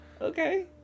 okay